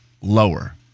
lower